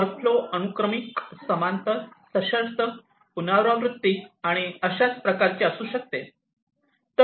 workflow अनुक्रमिक समांतर सशर्त पुनरावृत्ती आणि अशाच प्रकारे असू शकते